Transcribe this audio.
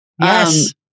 Yes